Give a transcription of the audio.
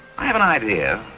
i have an idea.